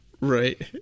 right